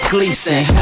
Gleason